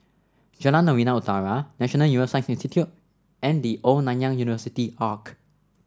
Jalan Novena Utara National Neuroscience Institute and The Old Nanyang University Arch